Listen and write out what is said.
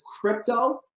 crypto